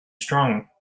strong